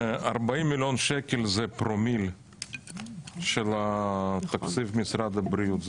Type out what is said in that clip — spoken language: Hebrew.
40 מיליון שקלים זה פרומיל של תקציב משרד הבריאות.